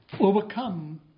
overcome